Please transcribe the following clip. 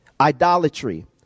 idolatry